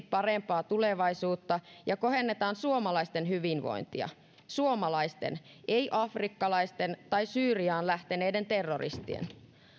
parempaa tulevaisuutta ja kohennetaan suomalaisten hyvinvointia suomalaisten ei afrikkalaisten tai syyriaan lähteneiden terroristien